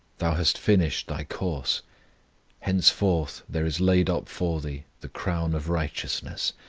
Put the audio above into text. thou hast finished thy course henceforth there is laid up for thee the crown of righteousness,